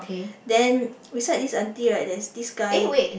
then beside this aunty right there is this guy